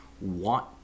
want